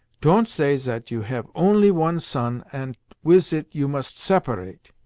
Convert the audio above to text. ton't say zat you have only one son, ant wis it you must separate,